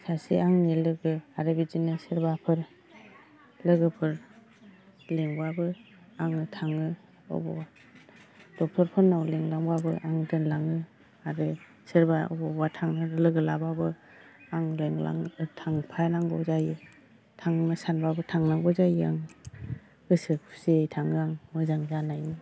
सासे आंनि लोगो आरो बिदिनो सोरबाफोर लोगोफोर लिंबाबो आङो थाङो बबावबा दक्ट'रफोरनाव लिंलांब्लाबो आं दोनलाङो आरो सोरबा बबावबा थांनो लोगो लाबाबो आं थांफानांगौ जायो थाङा सानबाबो थांनांगौ जायो आं गोसो खुसियै थाङो आं मोजां जानायनि